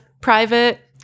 private